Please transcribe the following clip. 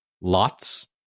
Lots